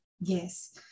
Yes